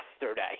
yesterday